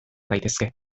daitezke